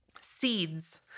seeds